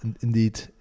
indeed